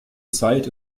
zeit